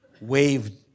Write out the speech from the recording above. waved